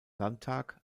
landtag